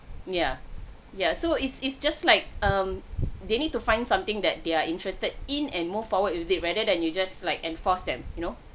yeah yeah so it's it's just like um they need to find something that they're interested in and move forward with it rather than you just like enforce them you know